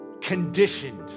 conditioned